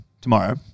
tomorrow